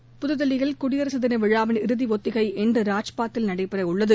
இருவரிச் செய்திகள் புதுதில்லியில் குடியரசு தின விழாவின் இறுதி ஒத்திகை இன்று ராஜ்பாத்தில் நடைபெறவுள்ளது